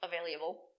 Available